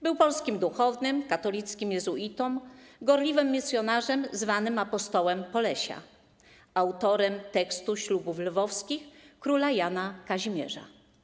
Był polskim duchownym katolickim, jezuitą, gorliwym misjonarzem zwanym apostołem Polesia, autorem tekstu ślubów lwowskich króla Jana Kazimierza.